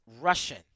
Russian